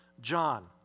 John